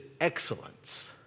excellence